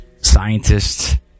scientists